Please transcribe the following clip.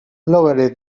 lowery